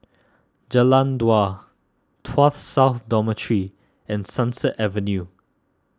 Jalan Dua Tuas South Dormitory and Sunset Avenue